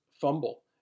fumble